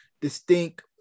distinct